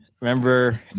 remember